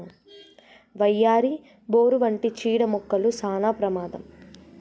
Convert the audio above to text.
వయ్యారి, బోరు వంటి చీడ మొక్కలు సానా ప్రమాదం